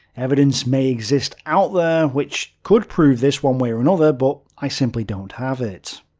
evidence may exist out there which could prove this one way or another but i simply don't have it.